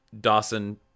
Dawson